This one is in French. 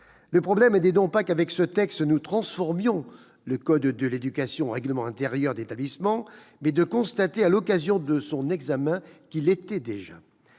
Le problème n'est donc pas qu'avec ce texte nous transformions le code de l'éducation en règlement intérieur de l'établissement, mais que nous constations, à l'occasion de son examen, qu'il l'était déjà.